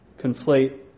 conflate